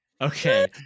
okay